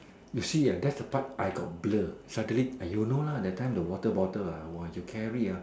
you see ah that's the part I got blur suddenly ah you know lah that time the water bottle lah you carry ah